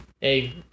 Hey